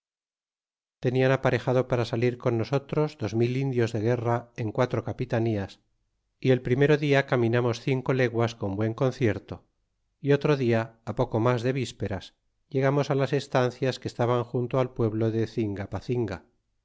tenian aparejado para salir con nosotros dos mil indios de guerra en cuatro capitanias y el primero dia caminamos cinco leguas con buen concierto y otro dia poco mas de vísperas llegamos las estancias que estaban junto al pueblo de cingapacinga